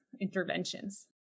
interventions